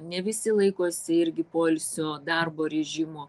ne visi laikosi irgi poilsio darbo rėžimo